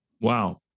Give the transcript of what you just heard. Wow